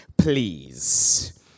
Please